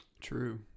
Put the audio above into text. True